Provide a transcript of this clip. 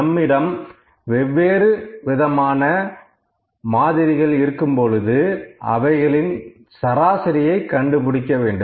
நம்மிடம் வெவ்வேறு விதமான மாதிரிகள் இருக்கும்பொழுது அவைகளின் சராசரியை கண்டுபிடிக்க வேண்டும்